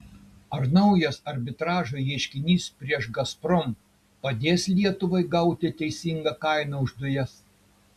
ar naujas arbitražo ieškinys prieš gazprom padės lietuvai gauti teisingą kainą už dujas